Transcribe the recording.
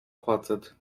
facet